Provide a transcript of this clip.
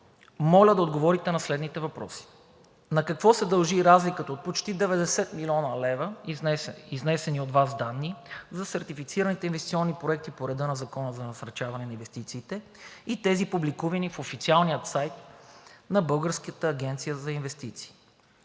моля да отговорите на следните въпроси: На какво се дължи разликата от почти 90 млн. лв. – изнесени от Вас данни, за сертифицираните инвестиционни проекти по реда на Закона за насърчаване на инвестициите и тези публикувани в официалния сайт на Българската агенция за инвестиции?